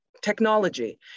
technology